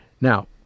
now